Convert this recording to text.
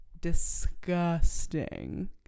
Disgusting